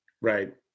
Right